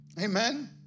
amen